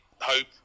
hope